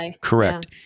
Correct